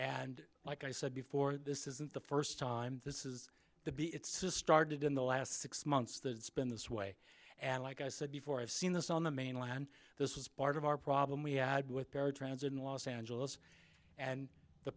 and like i said before this isn't the first time this is the be it's just started in the last six months that it's been this way and like i said before i've seen this on the mainland this is part of our problem we had with paratransit in los angeles and the